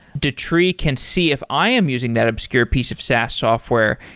datree can see if i am using that obscure piece of saas software,